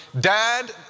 dad